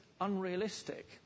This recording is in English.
unrealistic